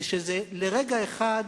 שזה לרגע אחד